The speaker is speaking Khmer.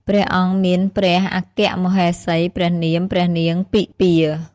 ព្រះអង្គមានព្រះអគ្គមហេសីព្រះនាមព្រះនាងពិម្ពា។